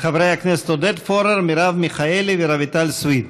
חברי הכנסת עודד פורר, מרב מיכאלי ורויטל סויד.